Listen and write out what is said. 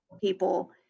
people